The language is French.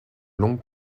longue